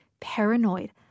paranoid